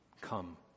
come